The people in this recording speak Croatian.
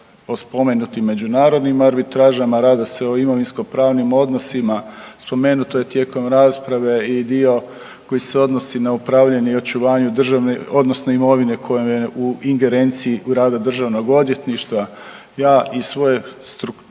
o spomenutim međunarodnim arbitražama, radi se o imovinskopravnim odnosima. Spomenuto je tijekom rasprave i dio koji se odnosi na upravljanje i očuvanje državne odnosno imovine koja je u ingerenciji rada državnog odvjetništva. Ja iz svoje prakse